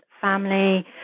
family